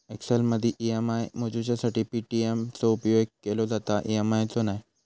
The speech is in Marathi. एक्सेलमदी ई.एम.आय मोजूच्यासाठी पी.ए.टी चो उपेग केलो जाता, ई.एम.आय चो नाय